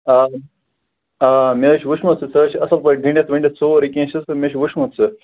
آ آ مےٚ حظ چھُ وُچھمُت سُہ حظ چھُ اَصٕل پٲٹھۍ گٔنٛڈِتھ ؤنٚڈِتھ سورُے کیٚنٛہہ چھُس مےٚ چھُ وُچھمُت سُہ